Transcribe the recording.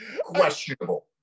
Questionable